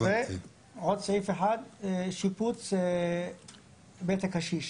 עוד סעיף אחד, שיפוץ בית הקשיש.